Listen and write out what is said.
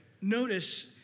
notice